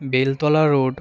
Beltala road